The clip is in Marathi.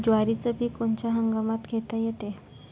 जवारीचं पीक कोनच्या हंगामात घेता येते?